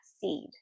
seed